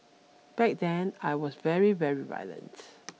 back then I was very very violent